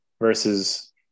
versus